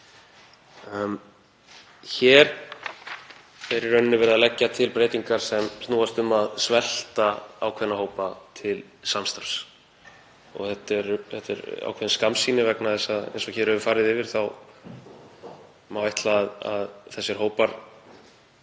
Hér er í rauninni verið að leggja til breytingar sem snúast um að svelta ákveðna hópa til samstarfs. Þetta er ákveðin skammsýni vegna þess að eins og hér hefur verið farið yfir má ætla að þessir hópar